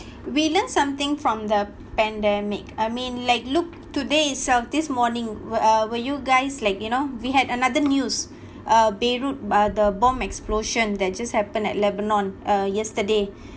we learn something from the pandemic I mean like look today itself this morning were uh were you guys like you know we had another news uh beirut uh the bomb explosion that just happened at lebanon uh yesterday